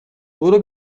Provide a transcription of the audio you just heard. برو